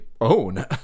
own